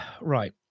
Right